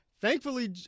Thankfully